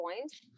points